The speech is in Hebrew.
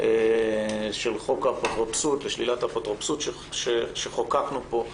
החוק לשלילת האפוטרופסות פה.